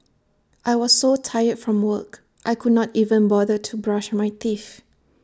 I was so tired from work I could not even bother to brush my teeth